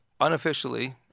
unofficially